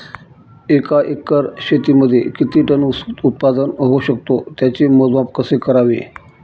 एका एकर शेतीमध्ये किती टन ऊस उत्पादन होऊ शकतो? त्याचे मोजमाप कसे करावे?